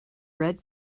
red